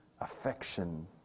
affection